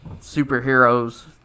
superheroes